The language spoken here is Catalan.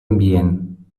ambient